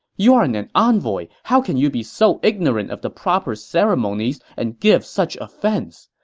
you are an an envoy. how can you be so ignorant of the proper ceremonies and give such offense?